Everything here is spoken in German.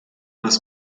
etwas